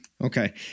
Okay